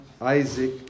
Isaac